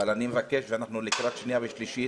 אבל אני מבקש, ואנחנו לקראת קריאה שנייה ושלישית,